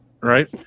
Right